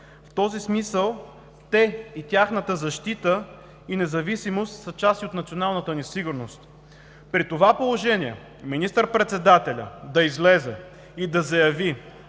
В този смисъл те и тяхната защита и независимост са част и от националната ни сигурност. При това положение министър-председателят да излезе и да заяви: